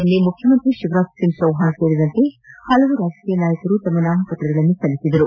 ನಿನ್ನೆ ಮುಖ್ಯಮಂತ್ರಿ ಶಿವರಾಜ್ಸಿಂಗ್ ಚೌಹಾಣ್ ಸೇರಿದಂತೆ ಹಲವು ರಾಜಕೀಯ ನಾಯಕರು ತಮ್ಮ ನಾಮಪ್ರತಗಳನ್ನು ಸಲ್ಲಿಸಿದರು